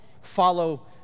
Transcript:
follow